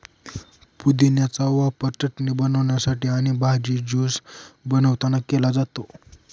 पुदिन्याचा वापर चटणी बनवण्यासाठी आणि भाजी, ज्यूस बनवतांना केला जातो